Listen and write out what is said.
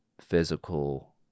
physical